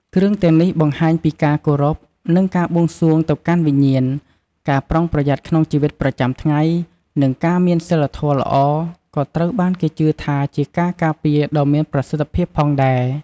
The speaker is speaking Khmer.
គ្រឿងទាំងនេះបង្ហាញពីការគោរព និងការបួងសួងទៅកាន់វិញ្ញាណ ការប្រុងប្រយ័ត្នក្នុងជីវិតប្រចាំថ្ងៃ និងការមានសីលធម៌ល្អ ក៏ត្រូវបានគេជឿថាជាការការពារដ៏មានប្រសិទ្ធភាពផងដែរ។